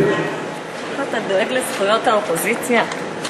איך אתה דואג לזכויות האופוזיציה.